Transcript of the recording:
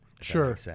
Sure